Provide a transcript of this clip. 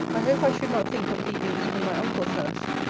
i hope i should not think of leaving even my uncle's house.